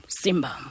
simba